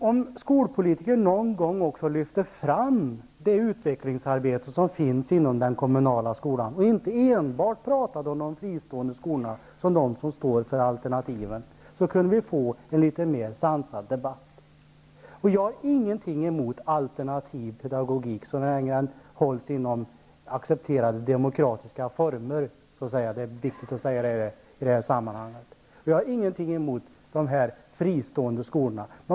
Om skolpolitiker någon gång skulle lyfta fram det utvecklingsarbete som sker inom den kommunala skolan och inte enbart talade om de fristående skolorna som de som står för alternativen, kunde vi få en mera sansad debatt. Jag har ingenting emot alternativ pedagogik så länge den hålls inom accepterade demokratiska former. Det är viktigt att säga det i det här sammanhanget. Jag har inget emot de fristående skolorna.